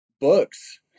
books